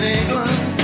England